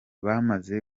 bamaze